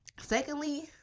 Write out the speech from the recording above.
secondly